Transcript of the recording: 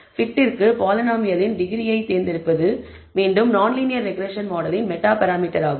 bit டிற்கு பாலினாமியலின் டிகிரியை தேர்ந்தெடுப்பது மீண்டும் நான் லீனியர் ரெக்ரெஸ்ஸன் மாடலின் மெட்டா பராமீட்டராகும்